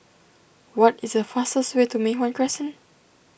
what is the fastest way to Mei Hwan Crescent